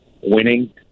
winning